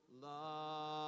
love